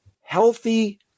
healthy